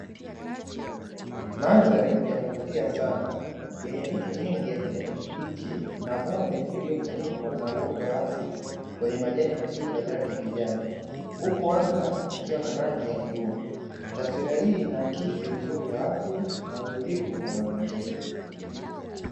Mandhari ya kuvutia sana; yenye miti mingi ya kijani kibichi na bonde lililofunikwa na uoto wa asili wenye majani mazito yenye rangi ya kijani, huku anga likiwa na rangi ya bluu. Taswira hii inaakisi uzuri wa asili na utulivu wa mazingira.